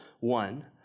one